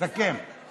סכם.